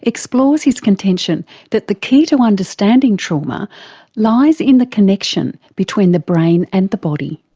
explores his contention that the key to understanding trauma lies in the connection between the brain and the body.